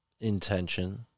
intention